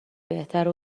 بهتره